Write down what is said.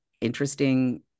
interesting